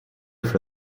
for